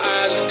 eyes